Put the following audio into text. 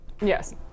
Yes